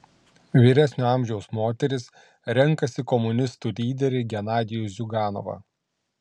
vyresnio amžiaus moterys renkasi komunistų lyderį genadijų ziuganovą